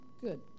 Good